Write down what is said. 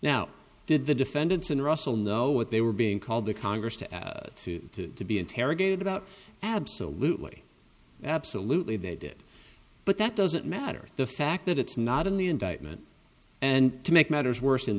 now did the defendants in russell know what they were being called the congress to to to be interrogated about absolutely absolutely they did but that doesn't matter the fact that it's not in the indictment and to make matters worse